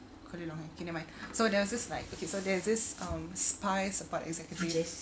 colli~ okay nevermind so there was this like okay so there was this um spies